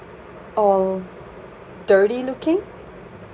all the dirty looking